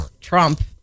trump